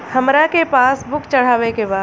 हमरा के पास बुक चढ़ावे के बा?